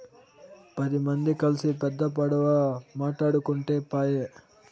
పది మంది కల్సి పెద్ద పడవ మాటాడుకుంటే పాయె